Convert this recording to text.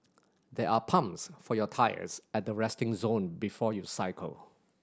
there are pumps for your tyres at the resting zone before you cycle